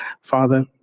Father